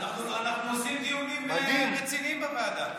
אנחנו עושים דיונים רציניים בוועדה.